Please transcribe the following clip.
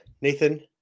Nathan